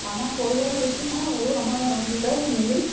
আমাৰ পৰিয়াল বেছি নাই সৰু আমাৰ দুটাই ফেমিলি